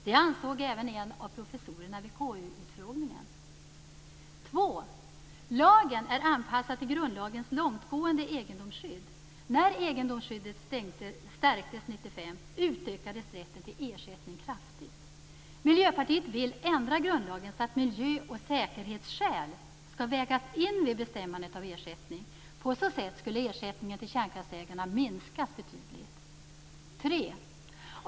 Det ansåg även en av professorerna vid KU-utfrågningen. 2. Lagen är anpassad till grundlagens långtgående egendomsskydd. När egendomsskyddet stärktes 1995 utökades rätten till ersättning kraftigt. Miljöpartiet vill ändra grundlagen så att miljö och säkerhetsskäl skall vägas in vid bestämmandet av ersättning. På så sätt skulle ersättningen till kärnkraftsägarna minskas betydligt. 3.